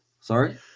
Sorry